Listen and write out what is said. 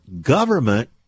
government